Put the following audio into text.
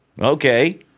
okay